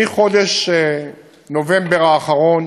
בחודש נובמבר האחרון